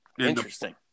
Interesting